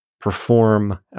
perform